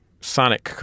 sonic